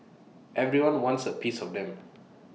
everyone wants A piece of them